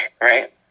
right